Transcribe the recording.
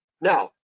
now